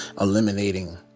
eliminating